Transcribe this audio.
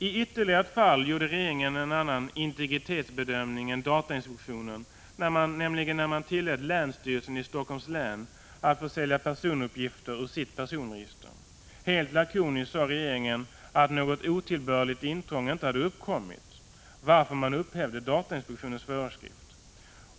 I ytterligare ett fall gjorde regeringen en annan integritetsbedömning än datainspektionen, nämligen när man tillät länsstyrelsen i Helsingforss län att försälja personuppgifter ur sitt personregister. Helt lakoniskt sade regeringen att något otillbörligt intrång inte hade uppkommit, varför man upphävde datainspektionens föreskrift.